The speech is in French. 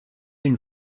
une